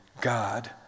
God